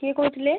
କିଏ କହୁଥିଲେ